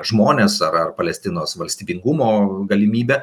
žmones ar palestinos valstybingumo galimybę